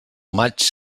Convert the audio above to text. maig